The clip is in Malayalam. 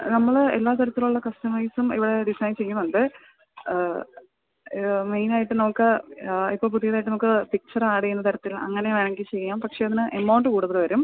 നമ്മൾ എല്ലാ തരത്തിലുള്ള കസ്റ്റമൈസും ഇവിടെ ഡിസൈൻ ചെയ്യുന്നുണ്ട് മെയിനായിട്ട് നമുക്ക് ഇപ്പം പുതിയതായിട്ട് നമുക്ക് പിക്ചർ ആഡ് ചെയ്യുന്ന തരത്തിൽ അങ്ങനെ വേണമെങ്കിൽ ചെയ്യാം പക്ഷേ അതിന് എമൗണ്ട് കൂടുതൽ വരും